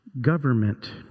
government